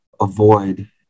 avoid